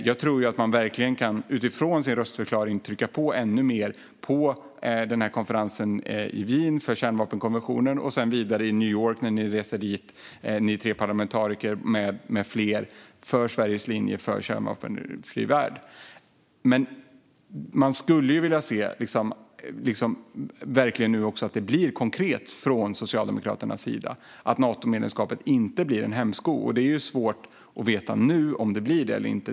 Jag tror verkligen att man, utifrån sin röstförklaring, på konferensen i Wien för kärnvapenkonventionen och sedan i New York, när ni tre parlamentariker med flera reser dit, kan trycka på ännu mer för Sveriges linje, för en kärnvapenfri värld. Men nu skulle jag vilja se att det verkligen blir konkret från Socialdemokraterna att Natomedlemskapet inte ska bli en hämsko. Det är svårt att veta nu om det kommer att bli det eller inte.